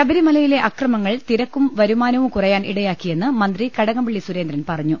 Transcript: ശബരിമലയിലെ അക്രമങ്ങൾ തിരക്കും വരുമാനവും കുറയാൻ ഇട യാക്കിയെന്ന് മന്ത്രി കടകംപള്ളി സുരേന്ദ്രൻ പറഞ്ഞു